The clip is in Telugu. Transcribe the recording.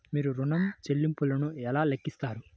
మీరు ఋణ ల్లింపులను ఎలా లెక్కిస్తారు?